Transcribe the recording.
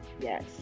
Yes